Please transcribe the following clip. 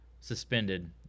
suspended